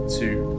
two